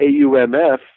AUMF